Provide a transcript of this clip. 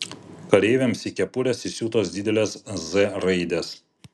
kareiviams į kepures įsiūtos didelės z raidės